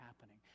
happening